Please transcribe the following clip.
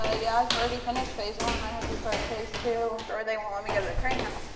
ah yeah, i've already finished phase one, and i have to start phase two or they want want me to go to the craine house.